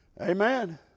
Amen